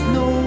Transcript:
no